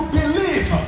believe